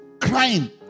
Crying